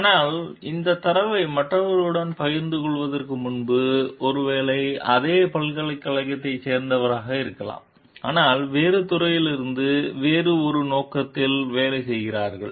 ஆனால் இந்த தரவை மற்றவர்களுடன் பகிர்ந்து கொள்வதற்கு முன்பு ஒருவேளை அதே பல்கலைக்கழகத்தைச் சேர்ந்தவராக இருக்கலாம் ஆனால் வேறு துறையிலிருந்து வேறு ஒரு நோக்கத்தில் வேலை செய்கிறார்கள்